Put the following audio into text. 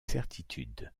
certitude